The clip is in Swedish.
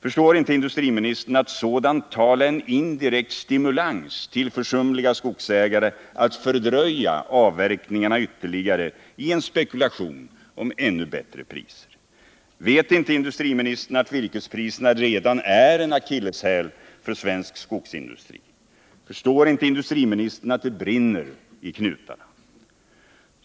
Förstår inte industriministern att sådant tal är en indirekt stimulans till försumliga skogsägare att fördröja avverkningarna ytterligare i en spekulation om ännu bättre priser? Vet inte industriministern att virkespriserna redan är en akilleshäl för svensk skogsindustri? Förstår inte industriministern att det brinner i knutarna?